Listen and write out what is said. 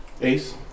Ace